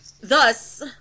Thus